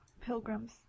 Pilgrims